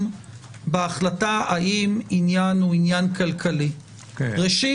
בהחלטה האם עניין הוא עניין כלכלי: ראשית,